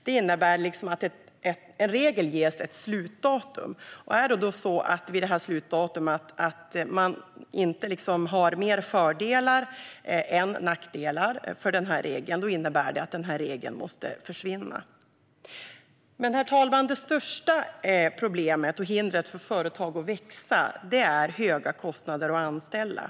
Det innebär att en regel ges ett slutdatum, och ser man inte fler fördelar än nackdelar med regeln vid slutdatumet måste regeln försvinna. Herr talman! Det största hindret för företag att växa är höga kostnader för att anställa.